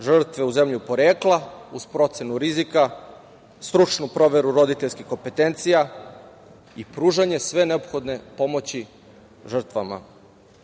žrtve, u zemlju porekla, uz procenu rizika, stručnu proveru roditeljskih kompetencija i pružanje sve neophodne pomoći žrtvama. Ono